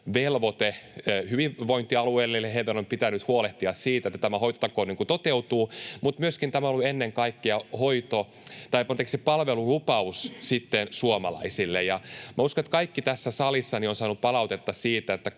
hyvinvointialueille, eli heidän on pitänyt huolehtia siitä, että tämä hoitotakuu toteutuu, mutta myöskin tämä on ollut ennen kaikkea palvelulupaus suomalaisille. Uskon, että kaikki tässä salissa ovat saaneet palautetta siitä,